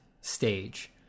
stage